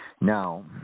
Now